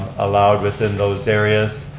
allowed within those areas.